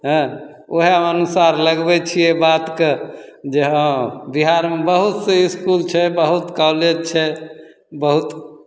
हँ वएह अनुसार लगबै छिए बातके जे हँ बिहारमे बहुत से इसकुल छै बहुत कॉलेज छै बहुत